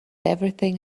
everything